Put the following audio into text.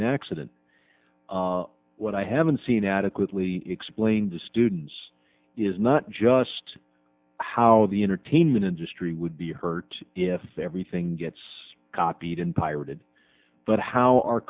an accident when i haven't seen adequately explained to students is not just how the entertainment industry would be hurt if everything gets copied and pirated but how our